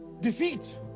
defeat